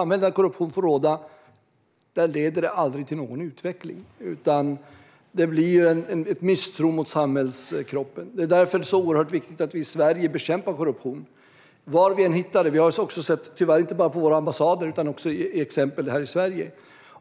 Om korruption får råda i ett samhälle blir det aldrig någon utveckling, utan det blir en misstro mot samhällskroppen. Det är därför så oerhört viktigt att vi i Sverige bekämpar korruption, var vi än hittar det. Tyvärr förekommer det inte bara på våra ambassader, utan det finns exempel också här i Sverige.